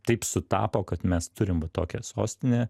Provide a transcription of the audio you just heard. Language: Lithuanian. taip sutapo kad mes turim va tokią sostinę